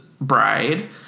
bride